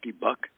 buck